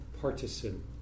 partisan